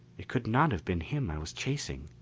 it could not have been him i was chasing.